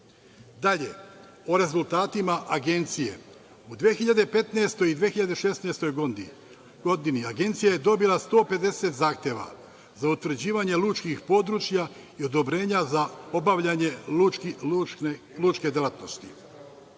tiče rezultata Agencije, u 2015. i 2016. godini, Agencija je dobila 150 zahteva za utvrđivanje lučkih područja i odobrenja za obavljanje lučke delatnosti.